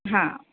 हां